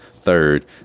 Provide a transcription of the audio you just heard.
third